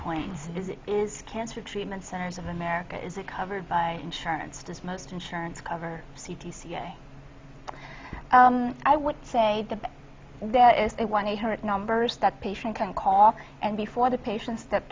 point is it is cancer treatment centers of america is it covered by insurance does most insurance cover c d c i i would say there is a one eight hundred numbers that patients can cough and before the patients that